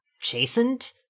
chastened